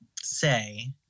say